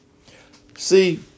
See